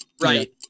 Right